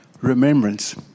remembrance